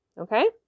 Okay